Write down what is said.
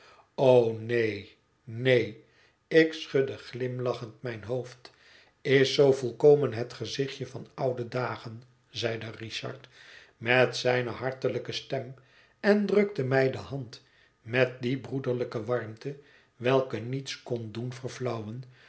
neen neen ik schudde glimlachend mijn hoofd is zoo volkomen het gezichtje van oude dagen zeide richard met zijne hartelijke stem en drukte mij de hand met die broederlijke warmte welke niets kon doen